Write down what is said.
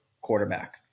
quarterback